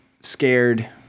scared